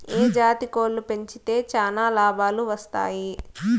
ఏ జాతి కోళ్లు పెంచితే చానా లాభాలు వస్తాయి?